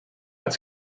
its